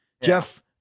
Jeff